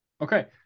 Okay